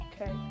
Okay